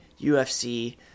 UFC